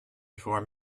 form